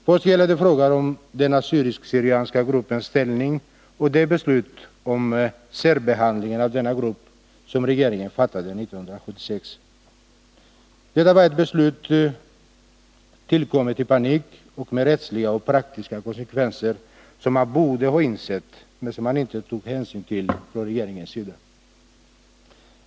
Först gäller det frågan om den assyrisk/syrianska gruppens ställning och det beslut om särbehandling av denna grupp som regeringen fattade 1976. Detta var ett beslut tillkommet i panik, med rättsliga och praktiska konsekvenser, som man borde ha insett, men som man inte tog hänsyn till från regeringens sida.